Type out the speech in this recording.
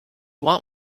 want